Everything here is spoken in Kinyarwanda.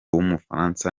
w’umufaransa